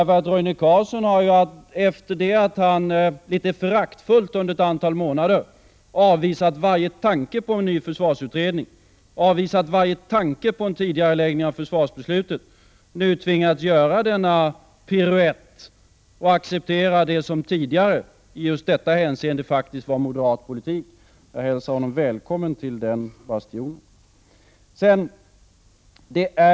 För Roine Carlsson har, efter det att han litet föraktfullt under ett antal månader avvisat varje tanke på en ny försvarsutredning och avvisat varje tanke på en tidigareläggning av försvarsbeslutet, nu tvingats göra denna piruett och acceptera det som tidigare i just detta hänseende faktiskt var moderat politik. Jag hälsar honom välkommen till den bastionen.